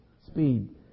speed